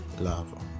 love